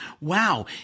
wow